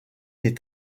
les